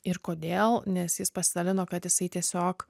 ir kodėl nes jis pasidalino kad jisai tiesiog